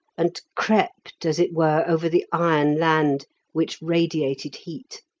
and crept, as it were, over the iron land which radiated heat.